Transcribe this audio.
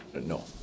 No